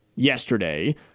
yesterday